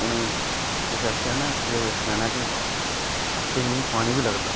उनेंगी कुसै आखेआ ना स्याने कि केइयें गी पानी बी लगदा